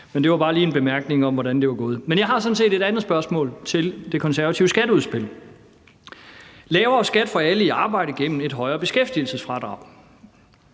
– det var bare lige en bemærkning om, hvordan det var gået. Jeg har sådan set et andet spørgsmål til det konservative skatteudspil. Deri lyder det bl.a.: Lavere skat for alle i arbejde igennem et højere beskæftigelsesfradrag.